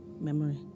memory